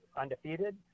undefeated